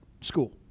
school